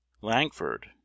Langford